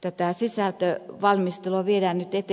tätä sisältövalmistelua viedään nyt eteenpäin